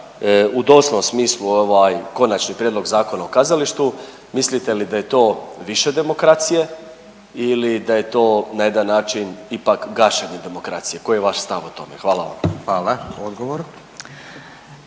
u doslovnom smislu ovaj Konačni prijedlog Zakona o kazalištu, mislite li da je to više demokracije ili da je to na jedan način ipak gašenje demokracije, koji je vaš stav o tome? Hvala vam. **Radin,